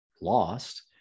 lost